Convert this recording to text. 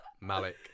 Malik